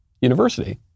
university